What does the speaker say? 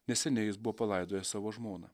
neseniai jis buvo palaidojęs savo žmoną